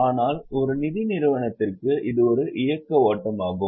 ஆனால் ஒரு நிதி நிறுவனத்திற்கு இது ஒரு இயக்க ஓட்டமாகும்